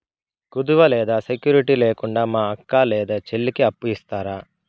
కుదువ లేదా సెక్యూరిటి లేకుండా మా అక్క లేదా చెల్లికి అప్పు ఇస్తారా?